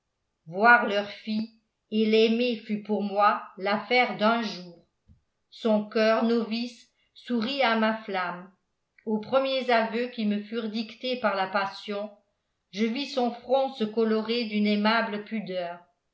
voir leur fille et l'aimer fut pour moi l'affaire d'un jour son coeur novice sourit à ma flamme aux premiers aveux qui me furent dictés par la passion je vis son front se colorer d'une aimable pudeur